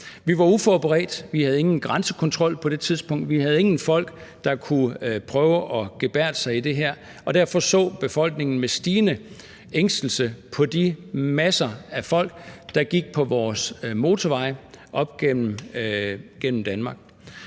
Vi var uforberedte. Vi havde ingen grænsekontrol på det tidspunkt. Vi havde ingen folk, der kunne prøve at gebærde sig i det her. Og derfor så befolkningen med stigende ængstelse på de masser af folk, der gik på vores motorveje op igennem Danmark.